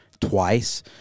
twice